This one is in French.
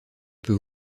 peut